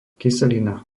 kyselina